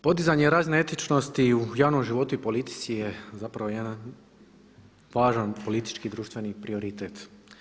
Podizanje razine etičnosti u javnom životu i politici je zapravo jedan važan politički i društveni prioritete.